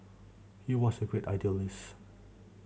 he was a great idealist